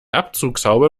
abzugshaube